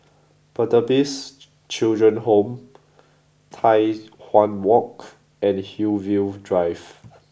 Pertapis Children Home Tai Hwan Walk and Hillview Drive